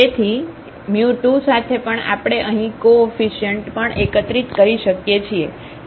તેથી2 સાથે પણ આપણે અહીં કોઓફીશીઅ્નટ પણ એકત્રિત કરી શકીએ છીએ